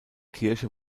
kirche